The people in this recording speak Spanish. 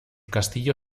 castillo